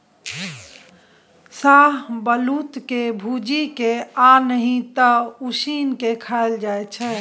शाहबलुत के भूजि केँ आ नहि तए उसीन के खाएल जाइ छै